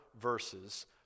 verses